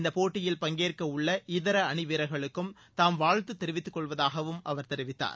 இந்தப்போட்டியில் பங்கேற்க உள்ள இதர அணி வீரர்களுக்கும் தாம் வாழ்த்துத் தெரிவித்துக் கொள்வதாகவும் அவர் தெரிவித்தார்